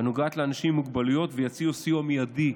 הנוגעת לאנשים עם מוגבלויות ויציעו סיוע מיידי,